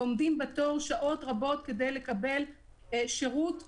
ועומדים בתור שעות רבות כדי לקבל שירות פשוט,